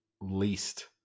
least